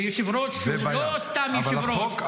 והיושב-ראש הוא לא סתם יושב-ראש,